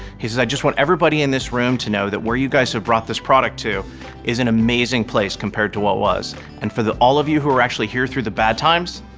he said i just want everybody in this room to know that where you guys have brought this product to is an amazing place compared to what was and for all of you who are actually here through the bad times,